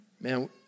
man